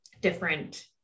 different